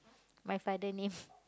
my father name